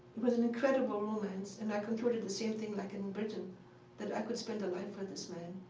was an incredible romance, and i concluded the same thing like in britain that i could spend a life with this man,